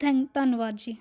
thank ਧੰਨਵਾਦ ਜੀ